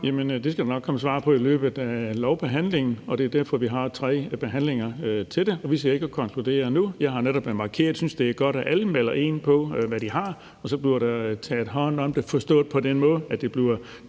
det skal der nok komme svar på i løbet af lovbehandlingen. Det er derfor, vi har tre behandlinger til det. Vi sidder ikke og konkluderer noget nu. Jeg har netop markeret, at jeg synes, det er godt, at alle melder ind med, hvad de har, og at så bliver der taget hånd om det forstået på den måde, at det bliver